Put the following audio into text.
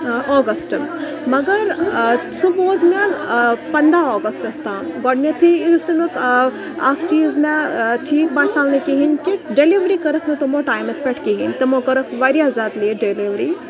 آگسٹہٕ مگر سُہ ووت مےٚ پَنٛداہ آگَسٹَس تام گۄڈٕنٮ۪تھٕے یُس تَمیُک اَکھ چیٖز مےٚ ٹھیٖک باسیٛو نہٕ کِہیٖنۍ کہِ ڈیٚلِؤری کٔرٕکھ نہٕ تٕمو ٹایمَس پٮ۪ٹھ کِہیٖنۍ تٕمو کٔرٕکھ واریاہ زیادٕ لیٹ ڈیٚلِؤری